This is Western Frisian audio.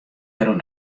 dêroer